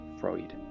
Freud